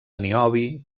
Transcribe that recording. niobi